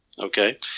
okay